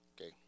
Okay